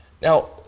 Now